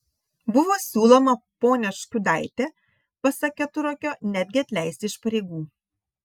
buvo siūloma ponią škiudaitę pasak keturakio netgi atleisti iš pareigų